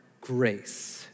grace